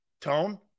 Tone